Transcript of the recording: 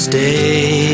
Stay